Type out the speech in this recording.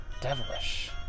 Devilish